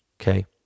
okay